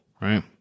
right